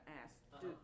ask